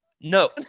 No